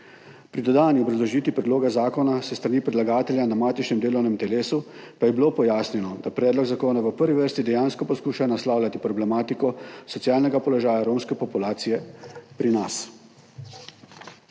Pri dodatni obrazložitvi predloga zakona s strani predlagatelja na matičnem delovnem telesu pa je bilo pojasnjeno, da predlog zakona v prvi vrsti dejansko poskuša naslavljati problematiko socialnega položaja romske populacije pri nas.